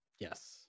Yes